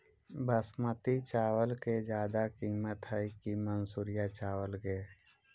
बासमती चावल के ज्यादा किमत है कि मनसुरिया चावल के?